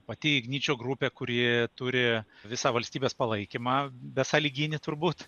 pati igničio grupė kuri turi visą valstybės palaikymą besąlyginį turbūt